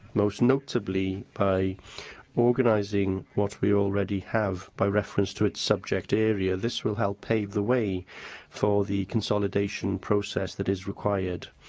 most notably by organising what we already have by reference to its subject area. this will help pave the way for the consolidation process that is required,